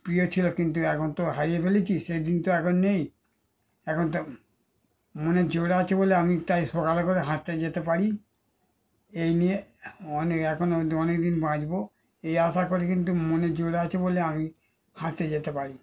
প্রিয় ছিল কিন্তু এখন তো হারিয়ে ফেলেছি সেই দিন তো এখন নেই এখন তো মনের জোর আছে বলে আমি তাই সকালে করে হাঁটতে যেতে পারি এই নিয়ে অনেক এখন হয়তো অনেক দিন বাঁচব এই আশা করে কিন্তু মনের জোর আছে বলে আমি হাঁটতে যেতে পারি